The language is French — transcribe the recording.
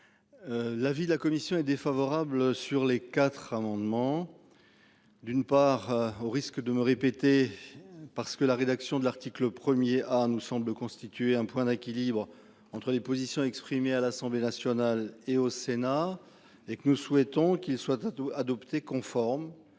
L'avis de la commission est défavorable sur les quatre amendements. D'une part, au risque de me répéter parce que la rédaction de l'article 1er à nous semblent constituer un point d'équilibre entre les positions exprimées à l'Assemblée nationale et au Sénat et que nous souhaitons qu'ils soient tous adopté conforme.